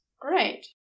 great